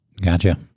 Gotcha